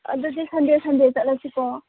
ꯑꯗꯨꯗꯤ ꯁꯟꯗꯦ ꯁꯟꯗꯦ ꯆꯠꯂꯁꯤꯀꯣ